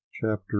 CHAPTER